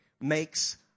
makes